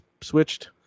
switched